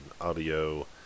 audio